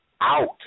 out